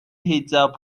حجاب